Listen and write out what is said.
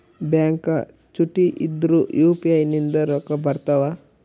Bank ಚುಟ್ಟಿ ಇದ್ರೂ UPI ನಿಂದ ರೊಕ್ಕ ಬರ್ತಾವಾ?